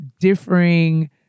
differing